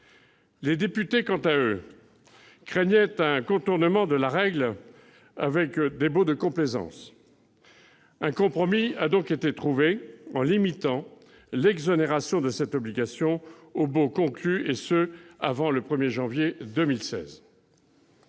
Les députés, quant à eux, craignaient un contournement de la règle avec des baux de complaisance. Un compromis a donc été trouvé, en limitant l'exonération de cette obligation aux baux conclus avant le 1 janvier 2016.